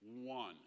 one